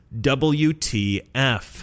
WTF